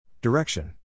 Direction